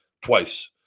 twice